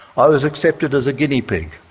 i was accepted as a guinea pig.